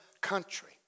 country